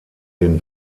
den